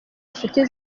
nshuti